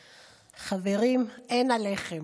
חברים, אין עליכם.